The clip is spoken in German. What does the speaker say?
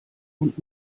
und